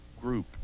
group